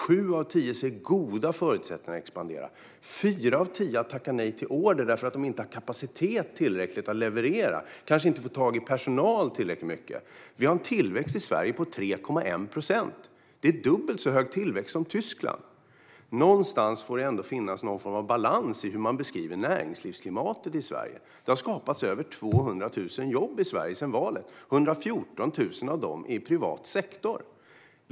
Sju av tio ser goda förutsättningar för att expandera. Fyra av tio har tackat nej till order eftersom de inte har tillräcklig kapacitet för att kunna leverera - de får kanske inte tag i tillräckligt med personal. Vi har i Sverige en tillväxt på 3,1 procent. Det är dubbelt så hög tillväxt som Tyskland. Någonstans får det ändå finnas någon form av balans i hur man beskriver näringslivsklimatet i Sverige. Det har skapats över 200 000 jobb i Sverige sedan valet. 114 000 av dem är i privat sektor.